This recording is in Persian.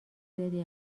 زیادی